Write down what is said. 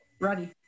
Ready